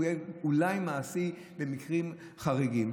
הוא אולי יהיה מעשי במקרים חריגים.